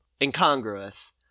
incongruous